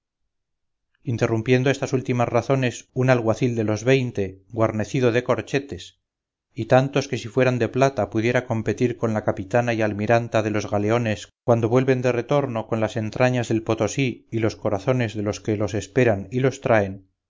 interrumpiendo estas últimas razones un alguacil de los veinte guarnecido de corchetes y tantos que si fueran de plata pudiera competir con la capitana y almiranta de los galeones cuando vuelven de retorno con las entrañas del potosí y los corazones de los que los esperan y los traen